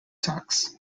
talks